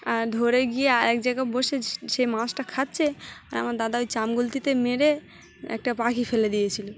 আর ধরে গিয়ে আর এক জায়গায় বসে সেই মাছটা খাচ্ছে আর আমার দাদা ওই চাম গুলতিতে মেরে একটা পাখি ফেলে দিয়েছিল